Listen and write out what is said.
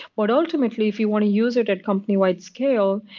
but ultimately, if you want to use it a companywide scale,